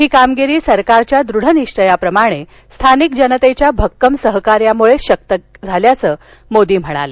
ही कामगिरी सरकारच्या दृढ निश्वयाप्रमाणे स्थानिक जनतेच्या भक्कम सहकार्यामुळेच शक्य झाल्याचं ते म्हणाले